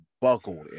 buckled